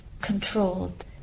controlled